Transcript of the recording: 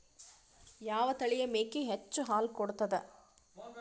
ಯಾವ ತಳಿಯ ಮೇಕಿ ಹೆಚ್ಚ ಹಾಲು ಕೊಡತದ?